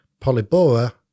polybora